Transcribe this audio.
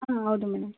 ಹಾಂ ಹೌದು ಮೇಡಮ್